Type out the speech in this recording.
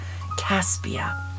Caspia